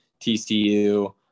TCU